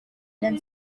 dan